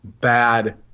bad